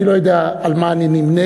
אני לא יודע עם מה אני נמנה,